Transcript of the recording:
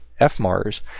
FMARS